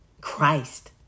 Christ